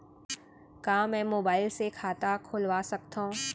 का मैं मोबाइल से खाता खोलवा सकथव?